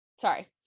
Sorry